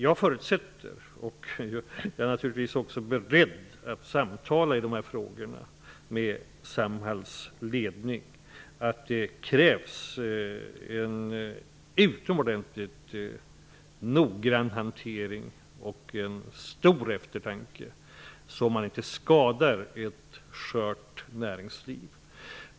Jag förutsätter -- och jag är naturligtvis beredd att samtala i dessa frågor med Samhalls ledning -- att det krävs en utomordentligt noggrann hantering och en stor eftertanke, så att man inte skadar ett skört näringsliv.